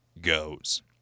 goes